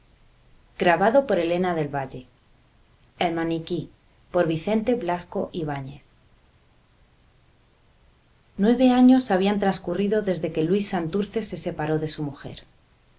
el maniquí nueve años habían transcurrido desde que luis santurce se separó de su mujer